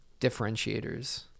differentiators